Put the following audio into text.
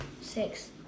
Six